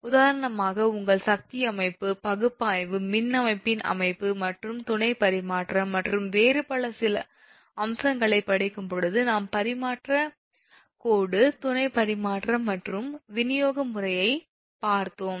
உதாரணமாக உங்கள் சக்தி அமைப்பு பகுப்பாய்வு மின் அமைப்பின் அமைப்பு மற்றும் துணை பரிமாற்றம் மற்றும் வேறு சில அம்சங்களை படிக்கும் போது நாங்கள் பரிமாற்றக் கோடு துணை பரிமாற்றம் மற்றும் விநியோக முறையைப் பார்த்தோம்